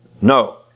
No